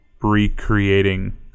recreating